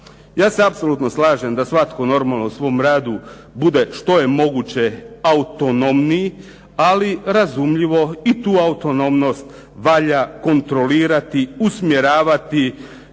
Ja se apsolutno slažem da svatko normalno u svom radu bude što je moguće autonomniji, ali razumljivo i tu autonomnost valjda kontrolirati, usmjeravati